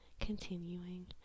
continuing